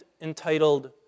entitled